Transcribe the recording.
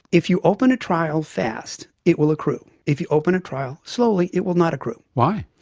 if you open a trial fast it will accrue. if you open a trial slowly it will not accrue. why?